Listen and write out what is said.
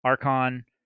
Archon